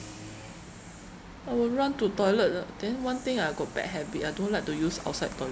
I will run to toilet uh then one thing I got bad habit I don't like to use outside toilet